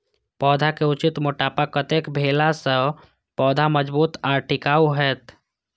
पौधा के उचित मोटापा कतेक भेला सौं पौधा मजबूत आर टिकाऊ हाएत?